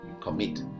commit